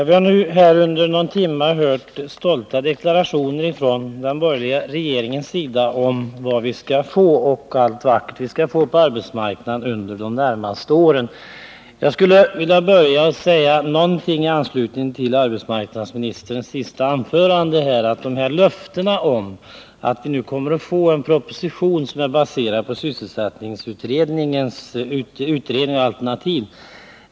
Herr talman! Under någon timme har vi nu hört stolta deklarationer från den borgerliga regeringens sida om allt det vi skall få på arbetsmarknadspolitikens område under de närmaste åren. Jag skulle vilja börja med att säga några ord i anslutning till arbetsmarknadsministerns senaste anförande. Vi har nu fått ett löfte om att vi kommer att få en proposition som är baserad på sysselsättningsutredningens alternativ.